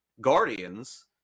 guardians